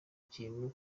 ikintu